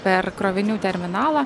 per krovinių terminalą